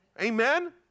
Amen